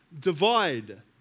divide